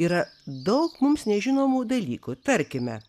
yra daug mums nežinomų dalykų tarkime